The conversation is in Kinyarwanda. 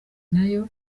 nayo